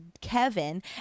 Kevin